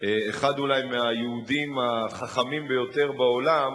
אחד אולי מהיהודים החכמים ביותר בעולם